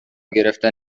گرفتن